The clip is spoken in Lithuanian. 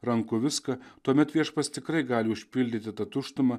rankų viską tuomet viešpats tikrai gali užpildyti tą tuštumą